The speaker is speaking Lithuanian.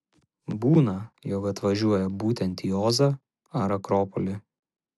būna jog atvažiuoja būtent į ozą ar akropolį